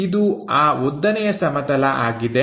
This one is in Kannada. ಇದು ಆ ಉದ್ದನೆಯ ಸಮತಲ ಆಗಿದೆ